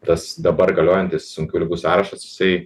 tas dabar galiojantis sunkių ligų sąrašas jisai